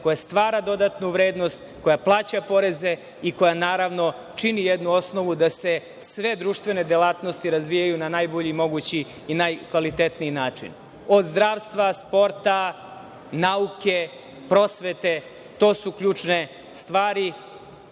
koja stvara dodatnu vrednost, koja plaća poreze i koja naravno čini jednu osnovu da se sve društvene delatnosti razvijaju na najbolji mogući i najkvalitetniji način od zdravstva, sporta, nauke, prosvete to su ključne stvari. Ono